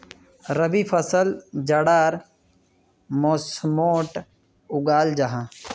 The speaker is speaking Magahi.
रबी फसल जाड़ार मौसमोट उगाल जाहा